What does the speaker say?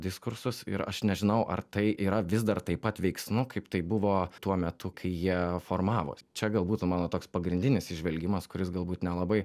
diskursus ir aš nežinau ar tai yra vis dar taip pat veiksnu kaip tai buvo tuo metu kai jie formavos čia galbūt mano toks pagrindinis įžvelgimas kuris galbūt nelabai